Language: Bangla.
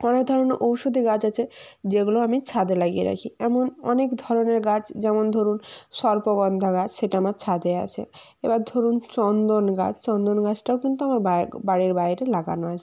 অনেক ধরনের ঔষধি গাছ আছে যেগুলো আমি ছাদে লাগিয়ে রাখি এমন অনেক ধরনের গাছ যেমন ধরুন সর্পগন্ধা গাছ সেটা আমার ছাদে আছে এবার ধরুন চন্দন গাছ চন্দন গাছটাও কিন্তু আমার বাড়ির বাইরে লাগানো আছে